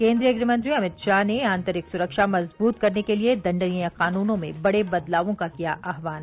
केन्द्रीय गृहमंत्री अमित शाह ने आंतरिक सुरक्षा मजबूत करने के लिए दण्डनीय कानूनों में बड़े बदलावों का किया आह्वान